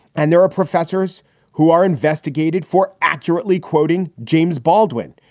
and there are professors who are investigated for accurately quoting james baldwin.